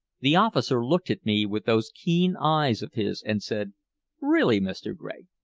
the officer looked at me with those keen eyes of his, and said really, mr. gregg,